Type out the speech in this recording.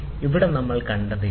അതിനാൽ നമ്മൾ ഇവിടെ കണ്ടത് ഇതാണ്